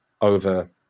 over